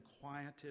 quieted